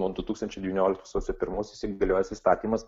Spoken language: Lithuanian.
nuo du tūkstančiai devynioliktų sausio pirmos įsigaliojęs įstatymas